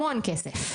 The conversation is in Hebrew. המון כסף.